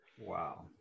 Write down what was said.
Wow